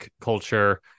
culture